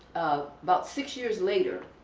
about six years later,